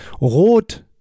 rot